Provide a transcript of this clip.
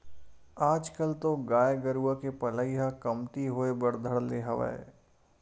आजकल तो गाय गरुवा के पलई ह कमती होय बर धर ले हवय